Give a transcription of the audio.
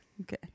Okay